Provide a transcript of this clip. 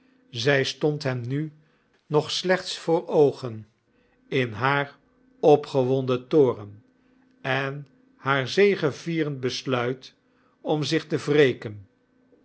zij stond hem nu nog slechts voor oogen in haar opgewonden toorn en haar zegevierend besluit om zich te wreken